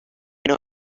know